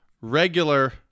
regular